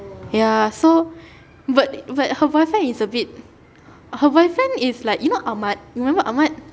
ya so but but her boyfriend is a bit her boyfriend is like you know ahmad remember ahmad